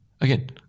again